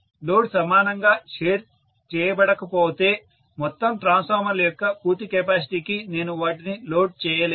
load సమానంగా share చేయబడకపోతే మొత్తం ట్రాన్స్ఫార్మర్ల యొక్క పూర్తి కెపాసిటీకి నేను వాటిని లోడ్ చేయలేను